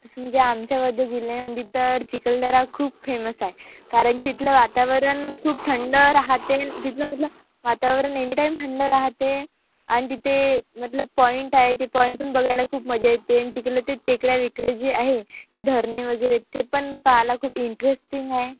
तसं म्हणजे आमच्याबद्दल जिल्ह्यामध्ये तर चिखलदरा खूप फेमस आहे कारणकी तिथलं वातावरण खूप थंड राहते तिथलं मतलं वातावरण एनीटाईम थंड राहते आणि तिथे मतलब पॉईंट आहे ते पॉईंट पण बघायला खूप मजा येते आणि तिकलं ते तिकड्या विकडे जे आहे ते धरणे वगैरे ते पण पाहायला खूप इंटरेस्टिंग आहे